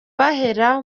bahera